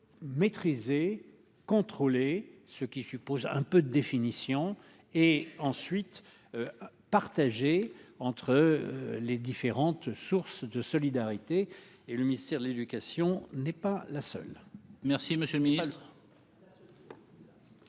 maîtrisée, contrôlé, ce qui suppose un peu définition et ensuite partagée entre les différentes sources de solidarité et le ministère de l'éducation n'est pas la seule. Merci, monsieur le Ministre.